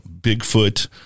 Bigfoot